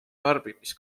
tarbimise